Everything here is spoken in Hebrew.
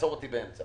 תעצור אותי באמצע.